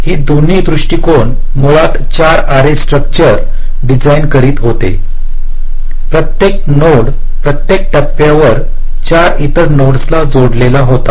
हे दोन्ही दृष्टिकोन मुळात 4 अॅरे ट्री स्ट्रक्चर डिझाइन करीत होते प्रत्येक नोड प्रत्येक टप्प्यावर 4 इतर नोड्सला जोडलेला होता